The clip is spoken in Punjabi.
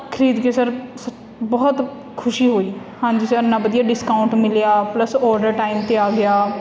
ਖਰੀਦ ਕੇ ਸਰ ਸ ਬਹੁਤ ਖੁਸ਼ੀ ਹੋਈ ਹਾਂਜੀ ਸਰ ਇੰਨਾ ਵਧੀਆ ਡਿਸਕਾਊਂਟ ਮਿਲਿਆ ਪਲਸ ਆਰਡਰ ਟਾਈਮ 'ਤੇ ਆ ਗਿਆ